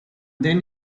then